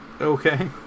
okay